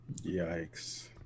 Yikes